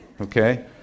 okay